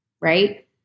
right